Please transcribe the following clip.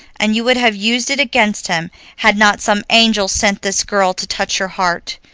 and you would have used it against him had not some angel sent this girl to touch your heart.